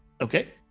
Okay